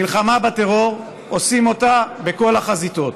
מלחמה בטרור, עושים אותה בכל החזיתות,